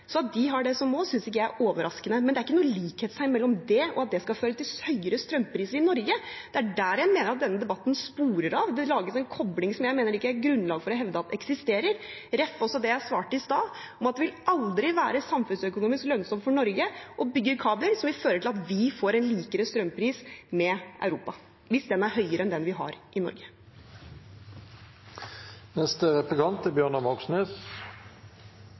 At de har det som mål, synes jeg ikke er noe overraskende, men det er ikke noe likhetstegn mellom det og at det skal føre til høyere strømpriser i Norge. Det er der jeg mener denne debatten sporer av. Det lages en kobling som jeg mener det ikke er grunnlag for å hevde at eksisterer – ref. også det jeg svarte i stad, at det vil aldri være samfunnsøkonomisk lønnsomt for Norge å bygge kabler som vil føre til at vi får en likere strømpris med Europa, hvis den er høyere enn den vi har i Norge.